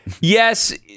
yes